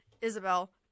Isabel